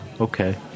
Okay